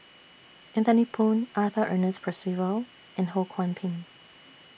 Anthony Poon Arthur Ernest Percival and Ho Kwon Ping